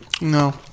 No